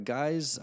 guys